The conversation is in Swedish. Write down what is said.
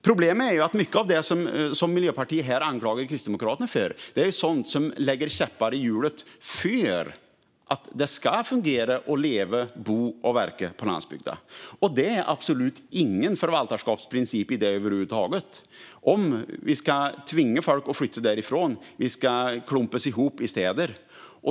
Problemet är att mycket av det som Miljöpartiet här anklagar Kristdemokraterna för är sådant som sätter käppar i hjulet för att det ska fungera att leva, bo och verka på landsbygden. Det finns absolut ingen förvaltarskapsprincip i detta över huvud taget om vi ska tvinga folk att flytta därifrån och om alla ska klumpas ihop i städer.